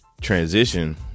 transition